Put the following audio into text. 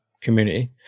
community